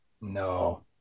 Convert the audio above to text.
No